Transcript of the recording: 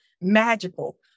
magical